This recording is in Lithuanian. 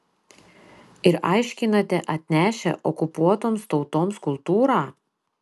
ir aiškinate atnešę okupuotoms tautoms kultūrą